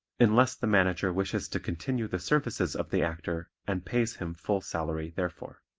unless the manager wishes to continue the services of the actor and pays him full salary therefor.